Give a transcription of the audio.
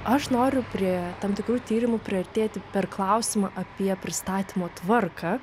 aš noriu prie tam tikrų tyrimų priartėti per klausimą apie pristatymo tvarką